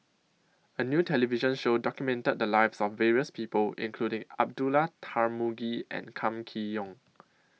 A New television Show documented The Lives of various People including Abdullah Tarmugi and Kam Kee Yong